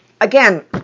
again